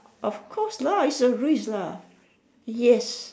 of course lah it's a risk lah yes